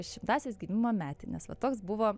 šimtąsias gimimo metines va toks buvo